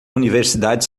universidade